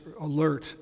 alert